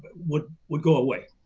would would go away.